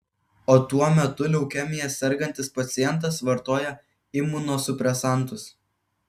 o tuo metu leukemija sergantis pacientas vartoja imunosupresantus